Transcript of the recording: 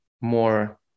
more